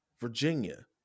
Virginia